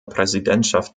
präsidentschaft